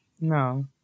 no